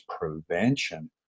prevention